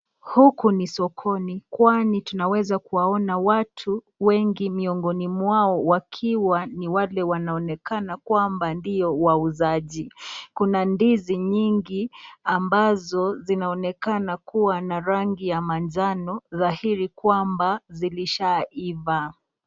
Huku ni sokoni kwani tunaweza kuwaona watu wengi miongoni mwao wakiwa ni wale wanaonekana kwamba ndio wauzaji. Kuna ndizi nyingi ambazo zinaonekana kuwa na rangi ya manjano dhahiri kwamba zilishaiva.